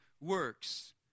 works